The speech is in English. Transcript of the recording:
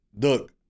look